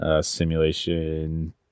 Simulation